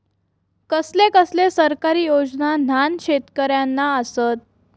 कसले कसले सरकारी योजना न्हान शेतकऱ्यांना आसत?